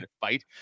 fight